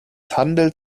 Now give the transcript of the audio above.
handelt